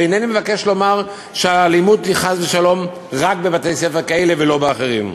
ואינני מבקש לומר חס ושלום שהאלימות היא רק בבתי-ספר כאלה ולא באחרים.